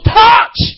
touch